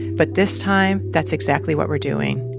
but this time that's exactly what we're doing.